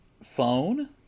phone